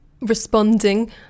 responding